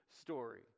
story